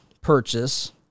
purchase